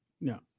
no